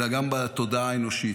אלא גם בתודעה האנושית.